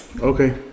okay